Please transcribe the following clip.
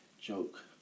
joke